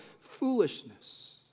foolishness